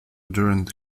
during